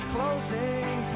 Closing